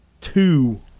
two